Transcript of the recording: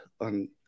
on